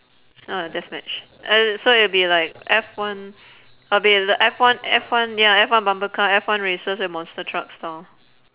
!wah! death match uh so it'll be like F one it'll be the F one F one ya F one bumper car F one races and monster truck style